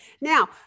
Now